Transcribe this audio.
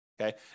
okay